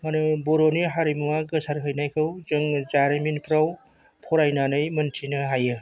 माने बर'नि हारिमुआ गोसार हैनायखौ जोङो जारिमिनफोराव फरायनानै मिनथिनो हायो